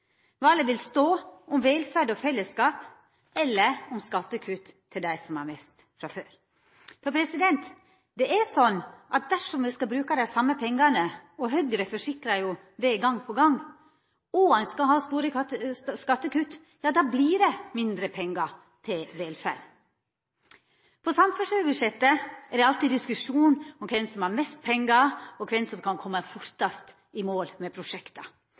valet i 2013 eit retningsval. Valet vil stå om velferd og fellesskap eller skattekutt til dei som har mest frå før. For det er slik at dersom ein skal bruka dei same pengane – Høgre forsikrar jo om det gong på gong – og ein skal ha store skattekutt, vert det mindre pengar til velferd. På samferdselsbudsjettet er det alltid diskusjon om kven som har mest pengar, og kven som kan koma fortast i mål med